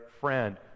friend